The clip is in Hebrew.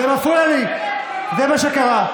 זה מפריע לי, זה מה שקרה.